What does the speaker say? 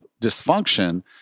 dysfunction